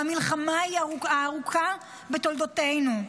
והמלחמה היא הארוכה בתולדותינו.